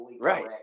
Right